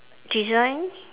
design